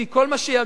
כל מה שיגורנו,